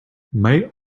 might